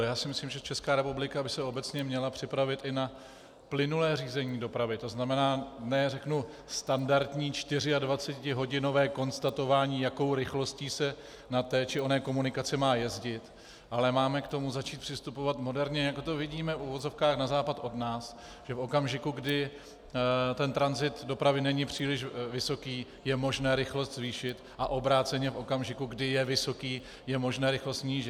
Já si myslím, že Česká republika by se obecně měla připravit i na plynulé řízení dopravy, to znamená, ne standardní 24hodinové konstatování, jakou rychlostí se na té či oné komunikaci má jezdit, ale máme k tomu začít přistupovat moderně, jako to vidíme v uvozovkách na západ od nás, že v okamžiku, kdy ten tranzit dopravy není příliš vysoký, je možné rychlost zvýšit a obráceně v okamžiku, kdy je vysoký, je možné rychlost snížit.